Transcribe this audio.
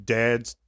dads